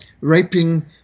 raping